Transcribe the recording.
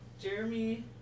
Jeremy